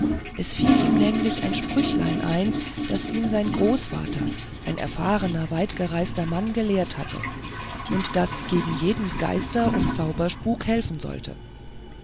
es fiel ihm nämlich ein sprüchlein ein das ihn sein großvater ein erfahrener weitgereister mann gelehrt hatte und das gegen jeden geister und zauberspuk helfen sollte